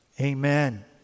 Amen